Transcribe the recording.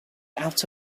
out